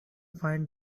find